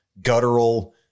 guttural